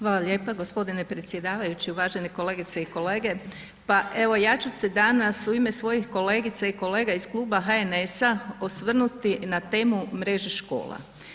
Hvala lijepo g. predsjedavajući, uvažene kolegice i kolege, pa evo ja ću se danas u ime svojih kolegica i kolega iz Kluba HNS-a osvrnuti na temu mreže škola.